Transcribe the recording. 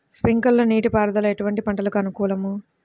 Sprinkler నీటిపారుదల ఎటువంటి పంటలకు అనుకూలము?